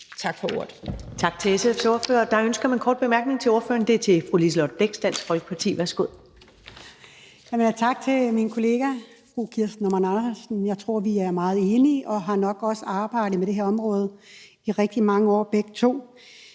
Ellemann): Tak til SF's ordfører. Der er ønske om en kort bemærkning til ordføreren fra fru Liselott Blixt, Dansk Folkeparti. Værsgo. Kl. 10:47 Liselott Blixt (DF): Tak til min kollega fru Kirsten Normann Andersen. Jeg tror, vi er meget enige, og vi har også arbejdet med det her område i rigtig mange år begge to.